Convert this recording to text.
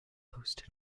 posted